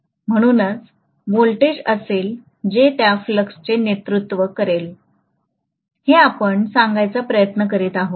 म्हणूनच व्होल्टेज असेल जे त्या फ्लक्सचे नेतृत्व करेल हे आपण सांगण्याचा प्रयत्न करीत आहोत